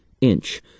Inch